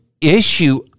issue